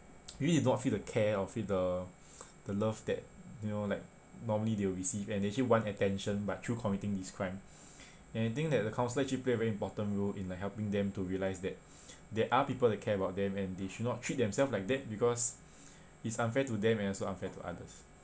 maybe they do not feel the care or feel the the love that you know like normally they will receive and they actually want attention but through committing these crimes and I think that the counselor actually play a very important role in like helping them to realize that there are people that care about them and they should not treat themselves like that because it's unfair to them and also unfair to others